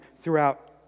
throughout